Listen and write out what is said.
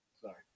Sorry